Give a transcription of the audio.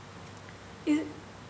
is